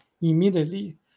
immediately